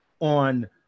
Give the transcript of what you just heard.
on